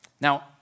Now